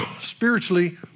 Spiritually